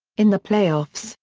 in the playoffs,